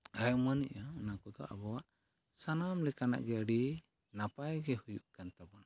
ᱟᱭᱼᱩᱢᱟᱹᱱᱮᱫᱟ ᱚᱱᱟ ᱠᱚᱫᱚ ᱟᱵᱚᱣᱟᱜ ᱥᱟᱱᱟᱢ ᱞᱮᱠᱟᱱᱟᱜ ᱜᱮ ᱟᱹᱰᱤ ᱱᱟᱯᱟᱭᱜᱮ ᱦᱩᱭᱩᱜ ᱠᱟᱱ ᱛᱟᱵᱚᱱᱟ